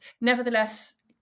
nevertheless